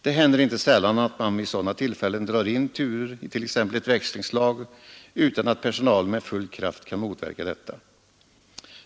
Det händer inte sällan att man vid sådana tillfällen drar in turer i t.ex. ett växlingslag utan att personalen med full kraft kan motverka detta.